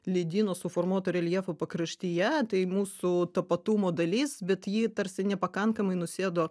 ledyno suformuoto reljefo pakraštyje tai mūsų tapatumo dalis bet ji tarsi nepakankamai nusėdo